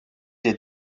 des